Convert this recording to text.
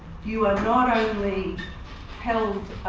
you are not only held